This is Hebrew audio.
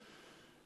והשומרון),